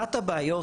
אחת הבעיות